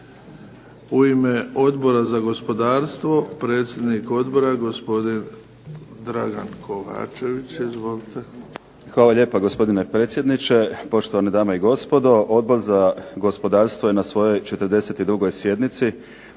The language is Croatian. U ime Odbora za gospodarstvo, predsjednik odbora gospodin Dragan KOvačević. Izvolite. **Kovačević, Dragan (HDZ)** Hvala lijepa gospodine predsjedniče. Poštovane dame i gospodo. Odbor za gospodarstvo je na svojoj 42. sjednici